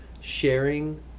sharing